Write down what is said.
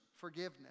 forgiveness